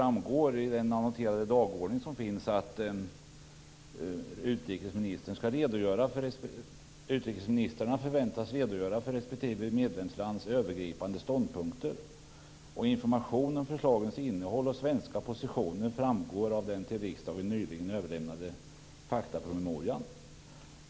Av den annoterade dagordningen framgår att utrikesministrarna förväntas redogöra för respektive medlemslands övergripande ståndpunkter. Information om förslagens innehåll och svenska positioner framgår av den till riksdagen nyligen överlämnade faktapromemorian.